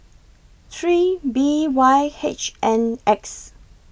three B Y H N X